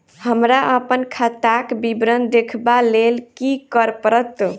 हमरा अप्पन खाताक विवरण देखबा लेल की करऽ पड़त?